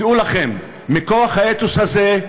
דעו לכם, מכוח האתוס הזה,